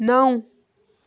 نَو